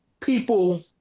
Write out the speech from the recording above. people